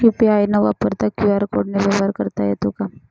UPI न वापरता QR कोडने व्यवहार करता येतो का?